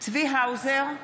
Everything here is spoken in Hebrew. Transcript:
צבי האוזר,